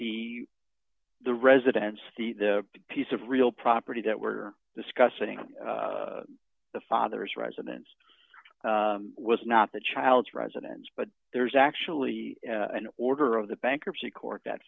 residence the the piece of real property that we're discussing the father's residence was not the child's residence but there's actually an order of the bankruptcy court that